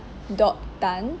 dot tan